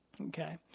Okay